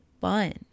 fun